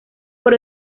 por